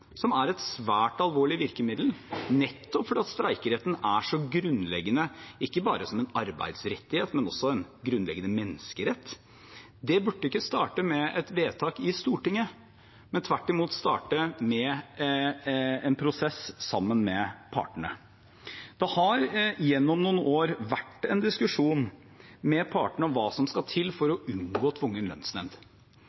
som er et svært alvorlig virkemiddel – nettopp fordi streikeretten er så grunnleggende, ikke bare som en arbeidsrettighet, men også en grunnleggende menneskerett – ikke burde starte med et vedtak i Stortinget, men tvert imot starte med en prosess sammen med partene. Det har gjennom noen år vært en diskusjon med partene om hva som skal til for